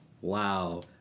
Wow